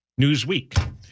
Newsweek